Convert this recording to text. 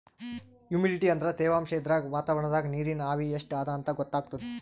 humidity ಅಂದ್ರ ತೆವಾಂಶ್ ಇದ್ರಾಗ್ ವಾತಾವರಣ್ದಾಗ್ ನೀರಿನ್ ಆವಿ ಎಷ್ಟ್ ಅದಾಂತ್ ಗೊತ್ತಾಗ್ತದ್